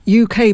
uk